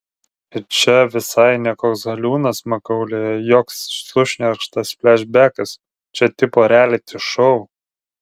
ir čia visai ne koks haliūnas makaulėje joks sušnerkštas flešbekas čia tipo rialiti šou